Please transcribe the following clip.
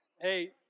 Hey